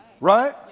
Right